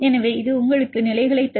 எனவே இது உங்களுக்கு நிலைகளைத் தரும்